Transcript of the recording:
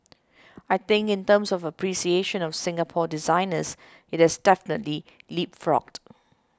I think in terms of appreciation of Singapore designers it has definitely leapfrogged